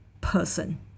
person